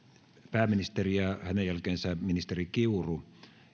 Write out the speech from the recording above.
pääministeri ja hänen jälkeensä ministeri kiuru